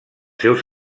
seus